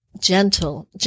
gentle